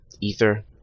Ether